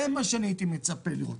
זה מה שאני הייתי מצפה לראות.